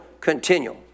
continual